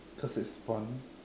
cause it's fun